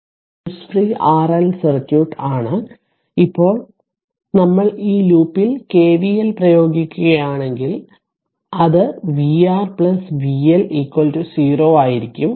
അതിനാൽ ഇതൊരു source free RL circuit ആണ് ഇപ്പോൾ നമ്മൾ ഈ ലൂപ്പിൽ KVL പ്രയോഗിക്കുകയാണെങ്കിൽ അത് vR vL 0 ആയിരിക്കും